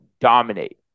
dominate